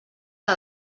que